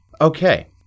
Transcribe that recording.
Okay